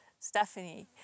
Stephanie